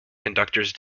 conductors